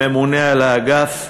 הממונה על האגף,